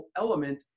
element